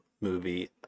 movie